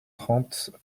trente